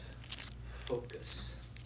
focus